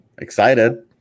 excited